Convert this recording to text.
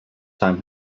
time